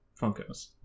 Funkos